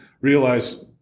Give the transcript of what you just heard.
realize